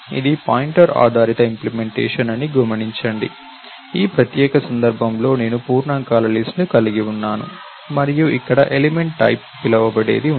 ఇది పాయింటర్ ఆధారిత ఇంప్లిమెంటేషన్ అని గమనించండి ఈ ప్రత్యేక సందర్భంలో నేను పూర్ణాంకాల లిస్ట్ ను కలిగి ఉన్నాను మరియు ఇక్కడ ఎలిమెంట్ టైప్ అని పిలువబడేది ఉంది